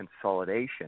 consolidation